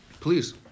Please